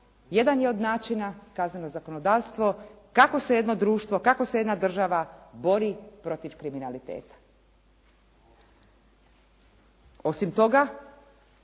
jedan je od načina, kazneno zakonodavstvo, kako se jedno društvo, kako se jedna država bori protiv kriminaliteta. Osim toga